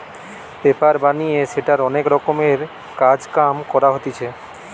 paper বানিয়ে সেটার অনেক রকমের কাজ কাম করা হতিছে